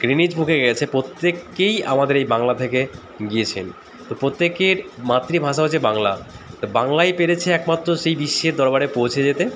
Guinness বুকে গেছে প্রত্যেেকেকেই আমাদের এই বাংলা থেকে গিয়েছেন তো প্রত্যেকের মাতৃভাষা হচ্ছে বাংলা তো বাংলাই পেরেছে একমাত্র সেই বিশ্বের দরবারে পৌঁছে যেতে